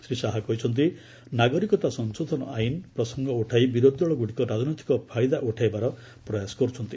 ଶ୍ରୀ ଶାହା କହିଛନ୍ତି ନାଗରିକତା ସଂଶୋଧନ ଆଇନ୍ ପ୍ରସଙ୍ଗ ଉଠାଇ ବିରୋଧୀ ଦଳଗ୍ରଡ଼ିକ ରାଜନୈତିକ ଫାଇଦା ଉଠାଇବାର ପ୍ରୟାସ କରୁଛନ୍ତି